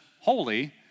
holy